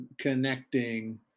connecting